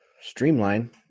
streamline